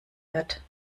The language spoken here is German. wird